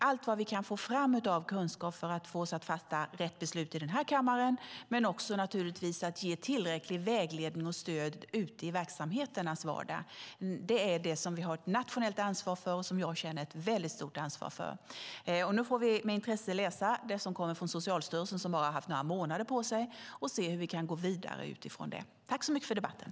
Allt vad vi kan få fram av kunskap för att vi ska fatta rätt beslut i denna kammare, men naturligtvis också ge tillräcklig vägledning och stöd ute i verksamheternas vardag, är det som vi har ett nationellt ansvar för och som jag känner ett väldigt stort ansvar för. Nu får vi med intresse läsa det som kommer från Socialstyrelsen, som bara har haft några månader på sig, och se hur vi kan gå vidare utifrån det. Tack så mycket för debatten!